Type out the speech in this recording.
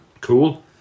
cool